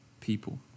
people